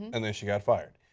and she got fired.